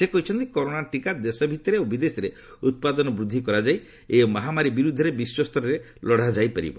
ସେ କହିଛନ୍ତି କରୋନା ଟିକା ଦେଶ ଭିତରେ ଓ ବିଦେଶରେ ଉତ୍ପାଦନ ବୃଦ୍ଧି କରାଯାଇ ଏହି ମହାମାରୀ ବିରୋଧରେ ବିଶ୍ୱସ୍ତରରେ ଲଢ଼ା ଯାଇପାରିବ